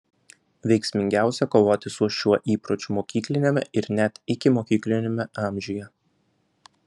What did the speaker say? veiksmingiausia kovoti su šiuo įpročiu mokykliniame ir net ikimokykliniame amžiuje